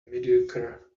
mediocre